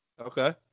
Okay